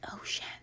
ocean